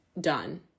done